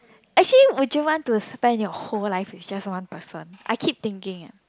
actually would you want to spend your whole life with just one person I keep thinking ah